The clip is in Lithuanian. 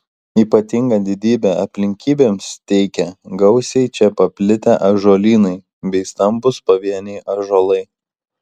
ypatingą didybę apylinkėms teikia gausiai čia paplitę ąžuolynai bei stambūs pavieniai ąžuolai